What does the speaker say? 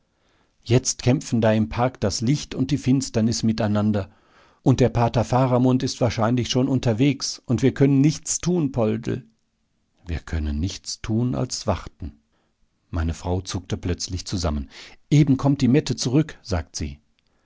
jetzt kämpfen da im park das licht und die finsternis miteinander und der pater faramund ist wahrscheinlich schon unterwegs und wir können nichts tun poldl wir können nichts tun als warten meine frau zuckte plötzlich zusammen eben kommt die mette zurück sagt sie